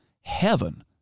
heaven